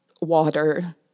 water